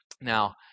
Now